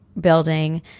building